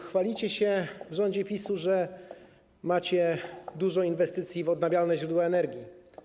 Chwalicie się w rządzie PiS-u, że macie dużo inwestycji w odnawialne źródła energii.